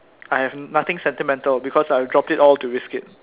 I have nothing sentimental because I drop it all to risk it